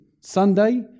Sunday